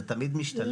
זה תמיד משתלב.